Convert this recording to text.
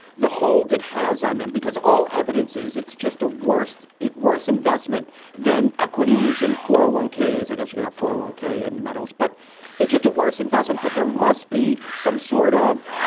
the hold it has on them, because all evidences, it's just a worst it worse investment than equities. and for one case, i got to get out for a one k and medals, but it's just a worse investment. but there must be some sort of,